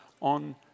on